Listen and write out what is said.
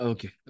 Okay